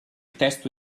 testo